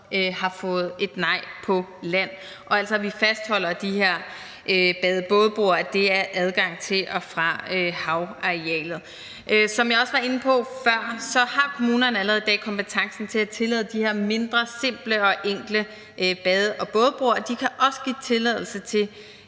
sagt nej til på land, og at vi altså fastholder, at de her bade- og bådebroer er adgang til og fra havarealet. Som jeg også var inde på før, har kommunerne allerede i dag kompetencen til at tillade de her mindre, simple og enkle bade- og bådebroer. De kan også give tilladelse til